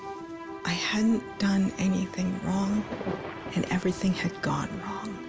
i hadn't done anything wrong and everything had gone